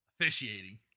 Officiating